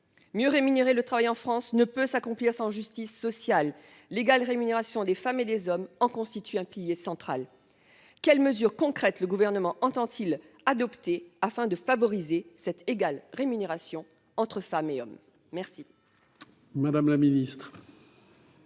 Mieux rémunérer le travail en France ne peut pas s'accomplir sans justice sociale. L'égale rémunération des femmes et des hommes en constitue un pilier central. Quelles mesures concrètes le Gouvernement entend-il adopter afin de la favoriser ? La parole est à Mme